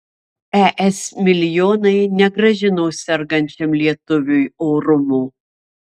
es milijonai negrąžino sergančiam lietuviui orumo